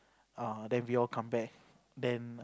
uh then we all come back then